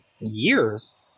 years